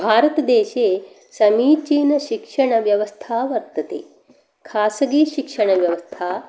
भारतदेशे समीचीनशिक्षणव्यवस्था वर्तते खासगी शिक्षणव्यवस्था